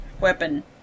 weapon